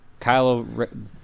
Kylo